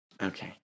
Okay